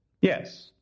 Yes